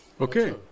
Okay